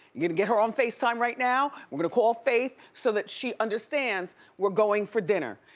gonna get her on facetime right now. we're gonna call faith so that she understands we're going for dinner.